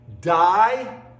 Die